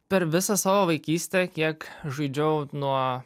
per visą savo vaikystę kiek žaidžiau nuo